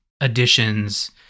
additions